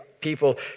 people